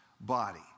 body